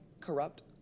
corrupt